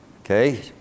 Okay